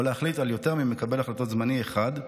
או להחליט על יותר ממקבל החלטות זמני אחד,